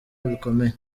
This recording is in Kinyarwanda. bikomeye